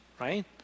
right